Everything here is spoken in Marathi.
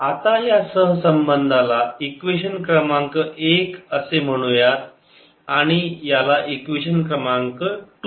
आता या सहसंबंधाला इक्वेशन क्रमांक एक असे म्हणूयात आणि याला इक्वेशन क्रमांक 2